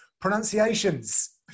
pronunciations